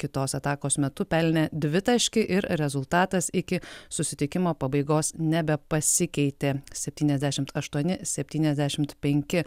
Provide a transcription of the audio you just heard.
kitos atakos metu pelnė dvitaškį ir rezultatas iki susitikimo pabaigos nebepasikeitė septyniasdešimt aštuoni septyniasdešimt penki